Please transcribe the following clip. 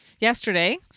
Yesterday